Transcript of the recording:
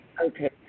Okay